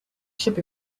should